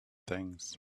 things